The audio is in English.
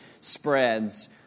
spreads